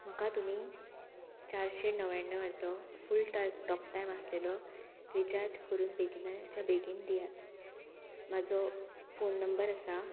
म्हाका तुमी चारशे णव्याणवाचो फूल टॉ टॉक टायम आसलेलो रिचार्ज करून बेगिनाच्या बेगीन दियात म्हाजो फोन नंबर आसा